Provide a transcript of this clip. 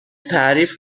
تعریف